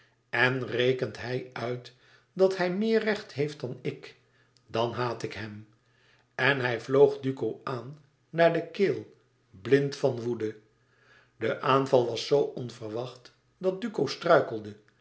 en rekent hij uit dat hij meer recht heeft dan ik dan haàt ik hem en hij vloog duco aan naar de keel blind van woede de aanval was zoo onverwacht dat duco struikelde